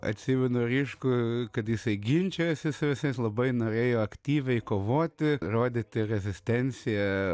atsimenu ryškų kad jisai ginčijosi su visais labai norėjo aktyviai kovoti rodyti rezistenciją